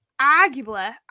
arguably